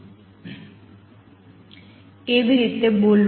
કેવી રીતે બોલવું